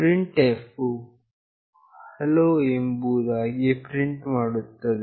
printf ವು hello ಎಂಬುದಾಗಿ print ಮಾಡುತ್ತದೆ